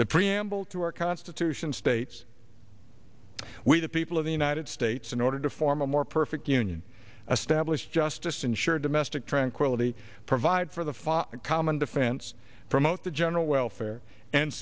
the preamble to our constitution states we the people of the united states in order to form a more perfect union establish justice insure domestic tranquility provide for the five common defense promote the general welfare and